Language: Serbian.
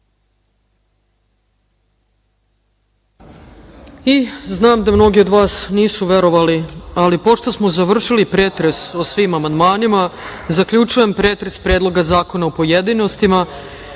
I znam da mnogi od vas nisu verovali, ali pošto smo završili pretres o svim amandmanima, zaključujem pretres Predloga zakona, u pojedinostima. Pošto